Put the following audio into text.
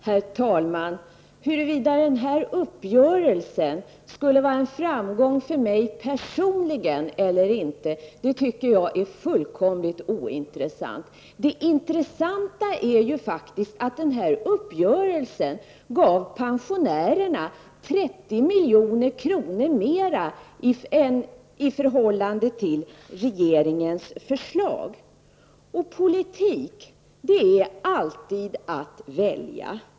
Herr talman! Huruvida den här uppgörelsen skulle vara en framgång för mig personligen eller inte, tycker jag är fullkomligt ointressant. Det intressanta är att uppgörelsen gav pensionärerna 30 Politik är alltid att välja.